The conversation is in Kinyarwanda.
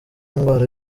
ndwara